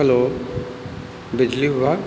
हलो बिजली विभाग